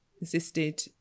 existed